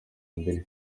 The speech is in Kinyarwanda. mbiri